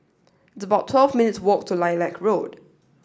it's about twelve minutes' walk to Lilac Road